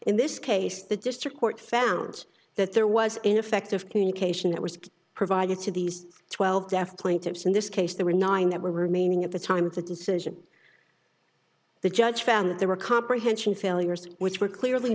in this case the district court found that there was ineffective communication that was provided to these twelve deaf plaintiffs in this case there were nine that were remaining at the time of the decision the judge found that there were comprehension failures which were clearly